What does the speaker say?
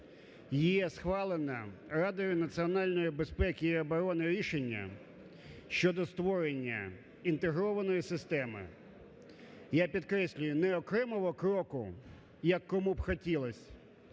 є схвалена Радою національної безпеки і оборони рішення щодо створення інтегрованої системи. Я підкреслюю, не окремого кроку, як кому б хотілося,